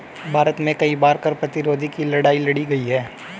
भारत में कई बार कर प्रतिरोध की लड़ाई लड़ी गई है